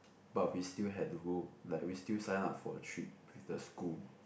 but we still had to go like we still sign up for a trip with the school